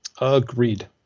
Agreed